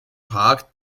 park